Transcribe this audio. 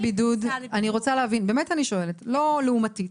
אני רוצה להבין, אני באמת שואלת, לא לעומתית.